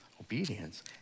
obedience